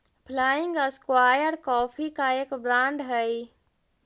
flying square coffee का एक brand हई